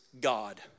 God